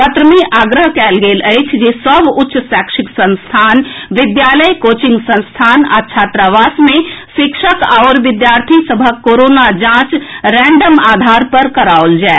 पत्र मे आग्रह कएल गेल अछि जे सभ उच्च शैक्षिक संस्थान विद्यालय कोचिंग संस्थान आ छात्रावास मे शिक्षक आओर विद्यार्थी सभक कोरोना जांच रैंडम आधार पर कराओल जाए